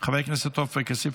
חבר הכנסת עופר כסיף,